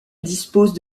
dispose